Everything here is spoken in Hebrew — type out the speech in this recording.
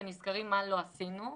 ונזכרים מה לא עשינו.